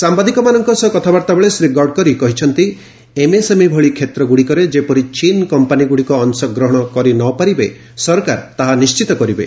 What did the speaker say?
ସାମ୍ଘାଦିକ ମାନଙ୍କ ସହ କଥାବାର୍ତ୍ତା ବେଳେ ଶ୍ରୀ ଗଡକରୀ କହିଛନ୍ତି ଏମ୍ଏସ୍ଏମ୍ଇ ଭଳି କ୍ଷେତ୍ର ଗୁଡ଼ିକରେ ଯେପରି ଚୀନ୍ କମ୍ପାନୀମାନେ ଅଂଶଗ୍ରହଣ କରିନପାରିବେ ସରାକର ତାହା ନିଶ୍ଚିତ କରିବେ